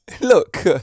Look